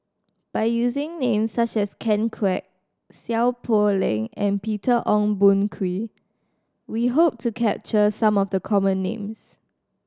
by using names such as Ken Kwek Seow Poh Leng and Peter Ong Boon Kwee we hope to capture some of the common names